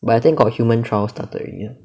but I think got human trials started already